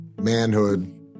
manhood